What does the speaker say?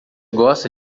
gosta